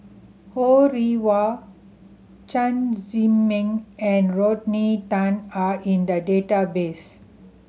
Ho Rih Hwa Chen Zhiming and Rodney Tan are in the database